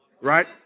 right